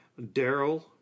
Daryl